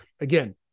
again